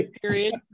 period